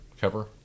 cover